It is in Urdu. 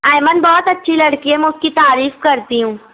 ایمن بہت اچھی لڑکی ہے میں اس کی تعریف کرتی ہوں